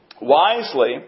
Wisely